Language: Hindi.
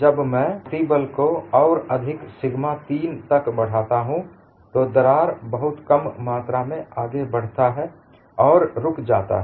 जब मैं प्रतिबल को और अधिक सिगमा 3 तक बढ़ाता हूं तो दरार बहुत कम मात्रा में आगे बढ़ता है और रुक जाता है